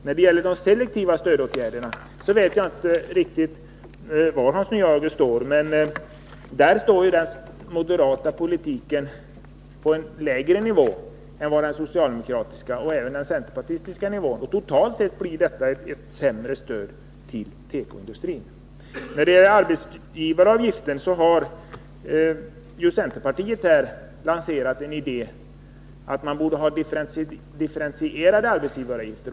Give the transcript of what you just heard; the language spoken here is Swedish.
När det gäller de selektiva stödåtgärderna vet jag inte riktigt var Hans Nyhage står, men den moderata politiken står på en lägre nivå än den socialdemokratiska och den centerpartistiska. Totalt innebär detta ett sämre stöd till tekoindustrin. När det gäller arbetsgivaravgiften har centerpartiet lanserat en idé, att man borde ha differentierade arbetsgivaravgifter.